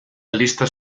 listas